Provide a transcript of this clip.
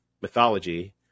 mythology